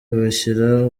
bashyira